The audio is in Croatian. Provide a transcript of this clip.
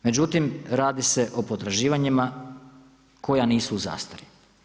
Međutim, radi se o potraživanjima koja nisu u zastari.